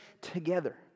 together